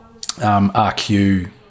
RQ